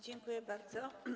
Dziękuję bardzo.